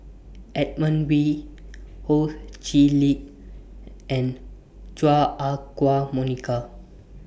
Edmund Wee Ho Chee Lick and Chua Ah Huwa Monica